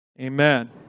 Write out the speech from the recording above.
Amen